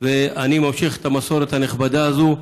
ואני ממשיך את המסורת הנכבדה הזאת.